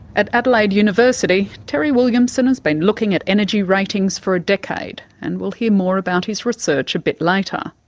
at adelaide university terry williamson has been looking at energy ratings for a decade, and we'll hear more about his research a bit later.